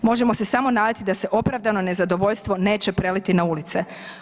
Možemo se samo nadati da se opravdano nezadovoljstvo neće preliti na ulice.